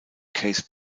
case